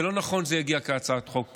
זה לא נכון שזה יגיע כהצעת חוק פרטית.